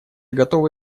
готова